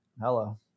Hello